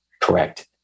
Correct